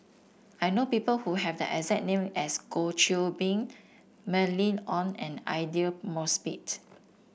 I know people who have the exact name as Goh Qiu Bin Mylene Ong and Aidli Mosbit